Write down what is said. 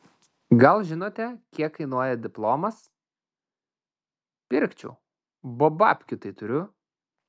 gal kas žinote kiek kainuoja diplomas pirkčiau bo babkių tai turiu